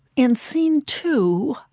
in scene two,